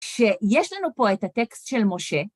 שיש לנו פה את הטקסט של משה,